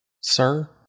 sir